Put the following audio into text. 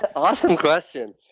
ah awesome question.